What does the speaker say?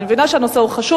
אני מבינה שהנושא חשוב,